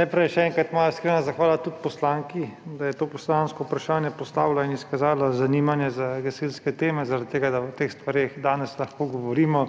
Najprej še enkrat moja iskrena zahvala tudi poslanki, da je to poslansko vprašanje postavila in izkazala zanimanje za gasilske teme, zaradi tega da o teh stvareh danes lahko govorimo.